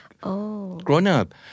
Grown-up